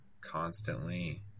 constantly